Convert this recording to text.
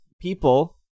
people